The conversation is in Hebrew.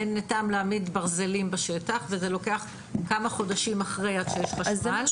אין טעם להעמיד ברזלים בשטח וזה לוקח כמה חודשים אחרי עד שיש חשמל.